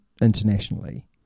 internationally